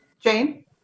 Jane